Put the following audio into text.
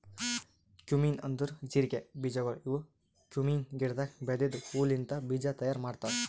cumin ಅಂದುರ್ ಜೀರಿಗೆ ಬೀಜಗೊಳ್ ಇವು ಕ್ಯುಮೀನ್ ಗಿಡದಾಗ್ ಬೆಳೆದಿದ್ದ ಹೂ ಲಿಂತ್ ಬೀಜ ತೈಯಾರ್ ಮಾಡ್ತಾರ್